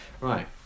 Right